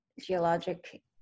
geologic